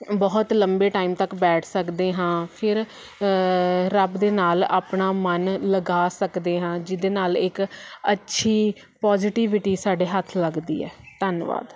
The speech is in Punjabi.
ਬਹੁਤ ਲੰਬੇ ਟਾਈਮ ਤੱਕ ਬੈਠ ਸਕਦੇ ਹਾਂ ਫਿਰ ਰੱਬ ਦੇ ਨਾਲ ਆਪਣਾ ਮਨ ਲਗਾ ਸਕਦੇ ਹਾਂ ਜਿਹਦੇ ਨਾਲ ਇੱਕ ਅੱਛੀ ਪੋਜੀਟਿਵਿਟੀ ਸਾਡੇ ਹੱਥ ਲੱਗਦੀ ਹੈ ਧੰਨਵਾਦ